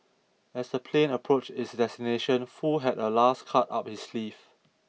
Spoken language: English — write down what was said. as the plane approached its destination Foo had a last card up his sleeve